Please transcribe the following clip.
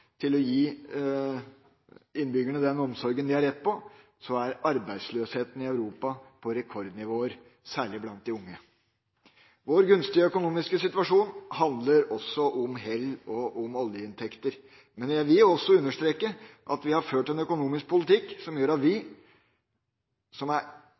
til å gi innbyggerne den omsorgen de har rett på, er arbeidsløsheten i resten av Europa på et rekordnivå, særlig blant de unge. Vår gunstige økonomiske situasjon handler også om hell og om oljeinntekter. Men jeg vil også understreke at vi har ført en økonomisk politikk som gjør at vi, som